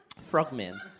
Frogman